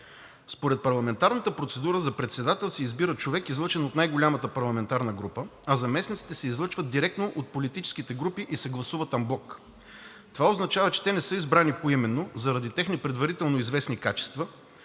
Според парламентарната процедура за председател се избира човек, излъчен от най-голямата парламентарна група, а заместниците се излъчват директно от политическите групи и се гласуват анблок. Това означава, че те не са избрани поименно заради техни предварително известни качества,